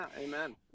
amen